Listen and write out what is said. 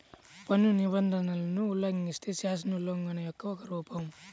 పన్ను నిబంధనలను ఉల్లంఘిస్తే, శాసనోల్లంఘన యొక్క ఒక రూపం